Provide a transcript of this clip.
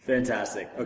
Fantastic